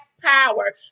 power